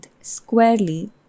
squarely